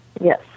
Yes